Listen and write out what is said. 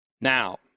Now